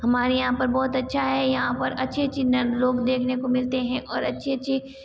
हमारे यहाँ पर बहुत अच्छा है यहाँ पर अच्छी अच्छी लोग देखने को मिलते हैं और अच्छी अच्छी